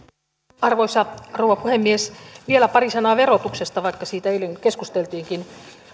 arvoisa rouva puhemies vielä pari sanaa verotuksesta vaikka siitä eilen keskusteltiinkin